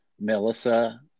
Melissa